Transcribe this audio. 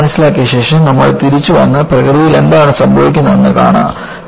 ഇതെല്ലാം മനസിലാക്കിയ ശേഷം നമ്മൾ തിരിച്ചുവന്ന് പ്രകൃതിയിൽ എന്താണ് സംഭവിക്കുന്നതെന്ന് കാണുക